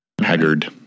haggard